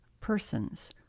persons